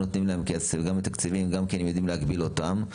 וגם מתקצבים, וגם יודעים להגביל אותם.